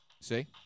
See